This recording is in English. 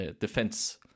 defense